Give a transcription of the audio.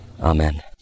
Amen